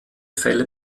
fälle